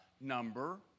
number